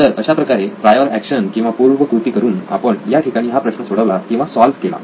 तर अशाप्रकारे prior action किंवा पूर्व कृती करून आपण या ठिकाणी हा प्रश्न सोडवला किंवा सॉल्व्ह केला